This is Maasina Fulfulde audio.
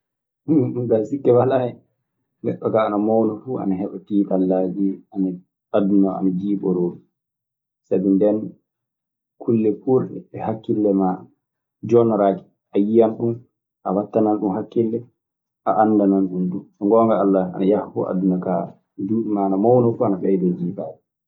ɗun kaa sikke walaa hen. Neɗɗo kaa ana mawna fuu, ana heɓa tiiɗallaajii, aduna oo ana jiiɓoroo ɗun. Sabi, ndeen kulle kuurɗe ɗe hakkille maa jooɗnoraaki a yiyan ɗun, a waɗtanan ɗun hakkille, a anndanan ɗun du. So ngoonga Alla ana yaha fuu aduna kaa, duuɓi maa ana mawna fuu ana ɓeydoo jiiɓaade.